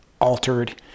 altered